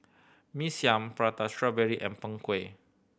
Mee Siam Prata Strawberry and Png Kueh